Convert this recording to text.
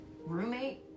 roommate